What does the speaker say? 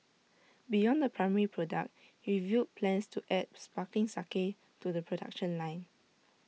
beyond the primary product he revealed plans to add sparkling sake to the production line